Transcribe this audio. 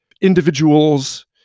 individuals